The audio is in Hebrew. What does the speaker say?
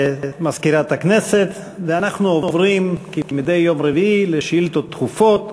מלר-הורוביץ: 6 שאילתות דחופות